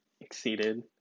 exceeded